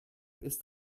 ist